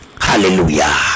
Hallelujah